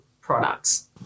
products